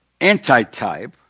anti-type